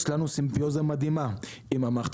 יש לנו סימביוזה מדהימה עם המערכת